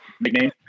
nickname